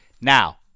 Now